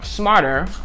smarter